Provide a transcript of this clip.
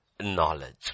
Knowledge